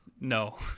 no